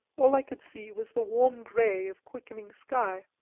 all i could see was the warm grey of quickening sky.